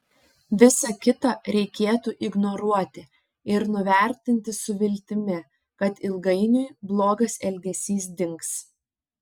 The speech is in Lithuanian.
visa kita reikėtų ignoruoti ir nuvertinti su viltimi kad ilgainiui blogas elgesys dings